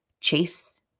chase